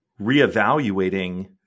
reevaluating